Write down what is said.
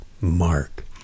Mark